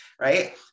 right